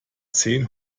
zehn